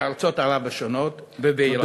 בארצות ערב השונות ובאיראן.